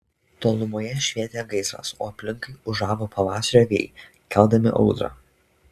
tolumoje švietė gaisras o aplinkui ūžavo pavasario vėjai keldami audrą